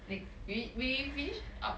okay we we finish up